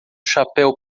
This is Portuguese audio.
chapéu